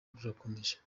rurakomeje